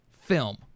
film